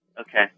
Okay